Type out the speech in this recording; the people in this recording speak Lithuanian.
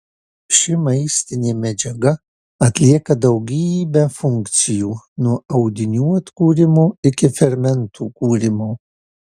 ši maistinė medžiaga atlieka daugybę funkcijų nuo audinių atkūrimo iki fermentų kūrimo